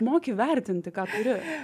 moki vertinti ką turi